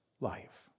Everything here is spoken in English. life